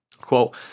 quote